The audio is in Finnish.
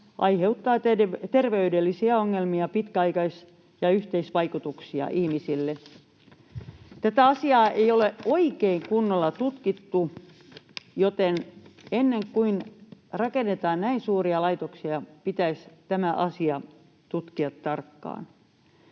aiheuttaa terveydellisiä ongelmia, pitkäaikais‑ ja yhteisvaikutuksia ihmisille. Tätä asiaa ei ole oikein kunnolla tutkittu, joten ennen kuin rakennetaan näin suuria laitoksia, pitäisi tämä asia tutkia tarkkaan.